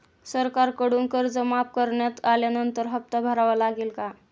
सरकारकडून कर्ज माफ करण्यात आल्यानंतर हप्ता भरावा लागेल का?